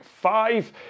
five